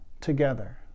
together